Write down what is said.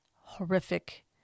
horrific